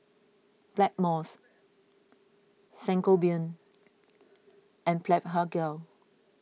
Blackmores Sangobion and Blephagel